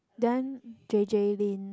then J_J-Lin